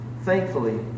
Thankfully